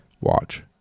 Watch